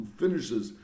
finishes